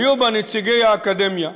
היו בה נציגי האקדמיה.